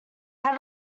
had